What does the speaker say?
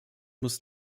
muss